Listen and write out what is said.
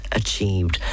achieved